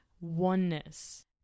oneness